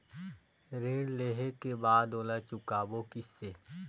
ऋण लेहें के बाद ओला चुकाबो किसे?